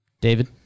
David